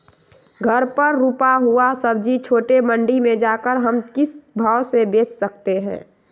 घर पर रूपा हुआ सब्जी छोटे मंडी में जाकर हम किस भाव में भेज सकते हैं?